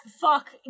Fuck